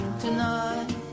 Tonight